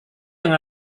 yang